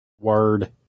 Word